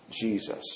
Jesus